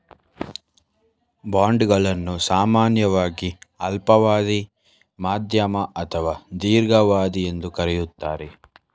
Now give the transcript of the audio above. bond ಗಳನ್ನು ಸಾಮಾನ್ಯವಾಗಿ ಅಲ್ಪಾವಧಿ, ಮಧ್ಯಮ ಅಥವಾ ದೀರ್ಘಾವಧಿ ಎಂದು ಕರೆಯುತ್ತಾರೆ